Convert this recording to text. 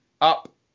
up